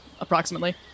approximately